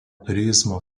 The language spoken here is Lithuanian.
turizmo